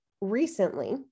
recently